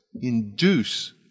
induce